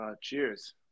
Cheers